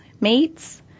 meats